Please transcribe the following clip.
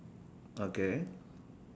okay